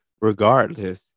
regardless